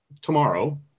tomorrow